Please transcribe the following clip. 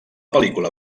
pel·lícula